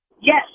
Yes